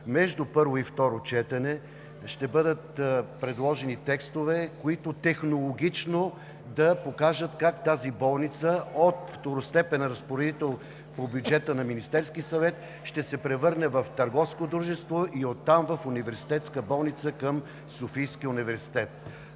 Между първо и второ четене ще бъдат предложени текстове, които технологично да покажат как тази болница от второстепенен разпоредител по бюджета на Министерския съвет ще се превърне в търговско дружество и оттам в университетска болница към Софийския университет.